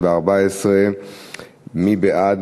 2014. מי בעד?